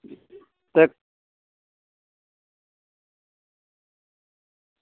ते